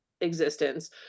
existence